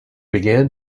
began